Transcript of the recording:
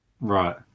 Right